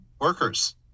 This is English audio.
workers